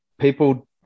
people